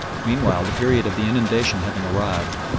meanwhile, the period of the inundation having arrived,